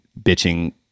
bitching